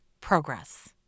progress